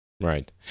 Right